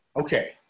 okay